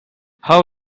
how